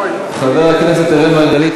התשע"ד 2014, לוועדת הכלכלה נתקבלה.